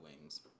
wings